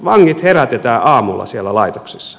vangit herätetään aamulla siellä laitoksessa